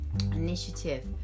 initiative